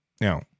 Now